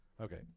Okay